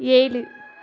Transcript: ஏழு